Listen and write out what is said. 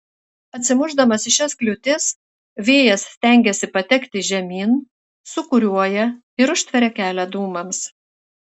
atsimušdamas į šias kliūtis vėjas stengiasi patekti žemyn sūkuriuoja ir užtveria kelią dūmams